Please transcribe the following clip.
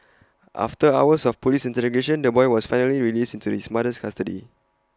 after hours of Police interrogation the boy was finally released into his mother's custody